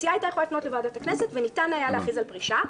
הסיעה הייתה יכולה לפנות לוועדת הכנסת וניתן היה להכריז על פרישה.